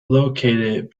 located